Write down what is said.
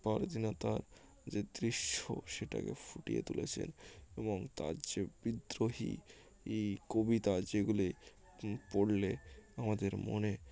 পরাধীনতার তার যে দৃশ্য সেটাকে ফুটিয়ে তুলেছেন এবং তার যে বিদ্রোহী ই কবিতা যেগুলি পড়লে আমাদের মনে